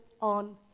on